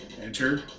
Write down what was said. Enter